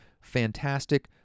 fantastic